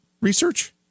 research